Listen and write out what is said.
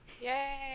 Yay